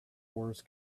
wars